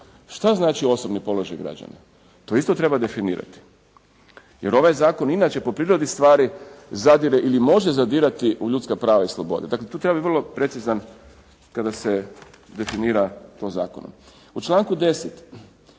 Šta znači osobni položaj građana? To isto treba definirati. Jer ovaj zakon inače po prirodi stvari zadire ili može zadirati u ljudska prava i slobode. Dakle tu treba biti vrlo precizan kada se definira po zakonu. U članku 10.